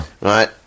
Right